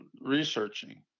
researching